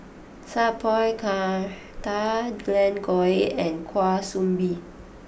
Sat Pal Khattar Glen Goei and Kwa Soon Bee